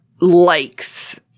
likes